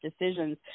decisions